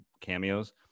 cameos